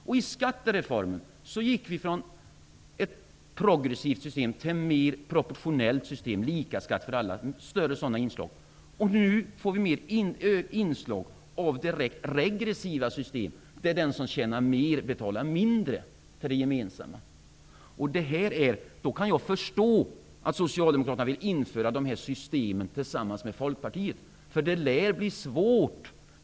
Genom skattereformen gick vi från ett progressivt system till ett mer proportionellt system, större inslag av lika skatt för alla. Nu får vi mer inslag av direkt regressiva system, där den som tjänar mer betalar mindre till det gemensamma. Jag kan förstå att socialdemokraterna vill införa dessa system tillsammans med Folkpartiet.